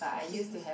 okay